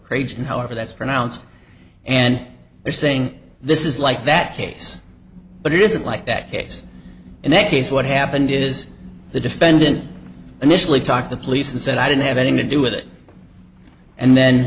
in however that's pronounced and they're saying this is like that case but it isn't like that case in that case what happened is the defendant initially talked to police and said i didn't have anything to do with it and then